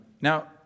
now